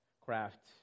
craft